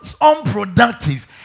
unproductive